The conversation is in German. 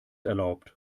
erlaubt